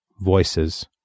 Voices